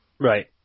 Right